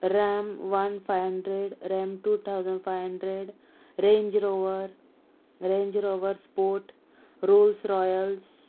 ram one five hundred ram two thousand five hundred Range Rover Range Rover port Rolls Royce